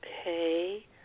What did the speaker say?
Okay